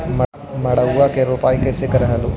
मड़उआ की रोपाई कैसे करत रहलू?